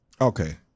Okay